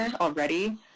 already